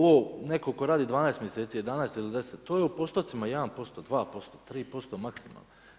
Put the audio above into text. Netko tko radi 12 mjeseci, 11 ili 10, to je u postocima 1%, 2%, 3% maksimalno.